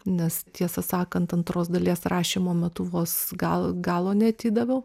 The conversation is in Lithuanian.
nes tiesą sakant antros dalies rašymo metu vos galo galo neatidaviau